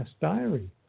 diary